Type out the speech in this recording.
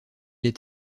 est